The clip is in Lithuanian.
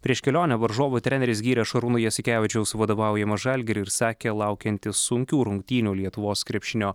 prieš kelionę varžovų treneris gyrė šarūno jasikevičiaus vadovaujamą žalgirį ir sakė laukiantis sunkių rungtynių lietuvos krepšinio